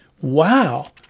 Wow